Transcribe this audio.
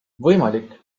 võimalik